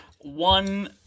one